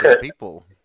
people